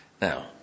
Now